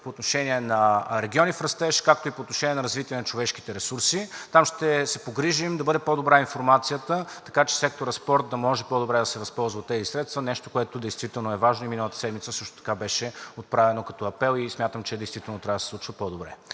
по отношение на Региони в растеж, както и по отношение на Развитие на човешките ресурси. Там ще се погрижим да бъде по-добра информацията, така че секторът „Спорт“ да може по-добре да се възползва от тези средства, нещо което действително е важно и миналата седмица също така беше отправено като апел и смятам, че действително трябва да се случва по-добре.